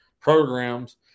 programs